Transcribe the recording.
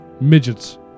midgets